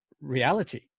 reality